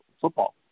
football